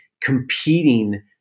competing